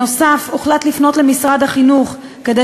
נוסף על כך הוחלט לפנות למשרד החינוך כדי